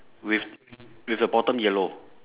with with the bottom yellow